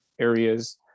areas